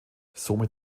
somit